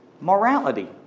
morality